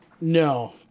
No